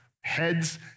heads